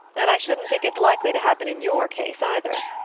and i shouldn't think it likely to happen in your case either.